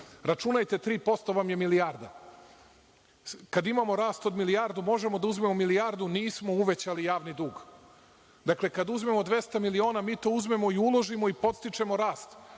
Računajte 3% vam je milijarda. Kada imamo rast od milijardu možemo da uzmemo milijardu – nismo uvećali javni dug. Kada uzmemo 200 miliona mi to uzmemo i uložimo i podstičemo rast.